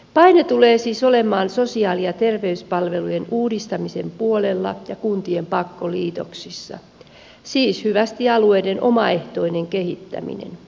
paine tulee siis olemaan sosiaali ja terveyspalvelujen uudistamisen puolella ja kun tien pakkoliitoksissa siis hyvästi alueiden omaehtoinen kehittäminen